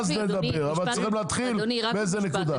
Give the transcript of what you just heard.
אבל צריכים להתחיל באיזו נקודה.